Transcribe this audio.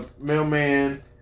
mailman